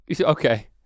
Okay